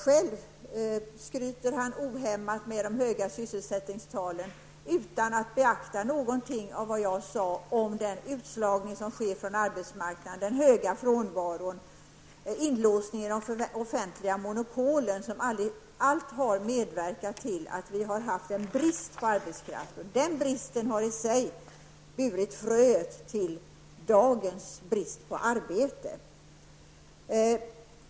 Själv skröt Lars Ulander ohämmat över de höga sysselsättningstalen utan att alls beakta vad jag har sagt om utslagningen när det gäller arbetsmarknaden, om de höga frånvarotalen och om låsningen genom offentliga monopol. Allt detta har medverkat till att vi har fått en brist på arbetskraft, och denna brist har i sin tur blivit fröet till dagens brist på arbete.